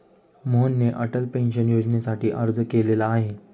मोहनने अटल पेन्शन योजनेसाठी अर्ज केलेला आहे